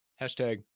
Hashtag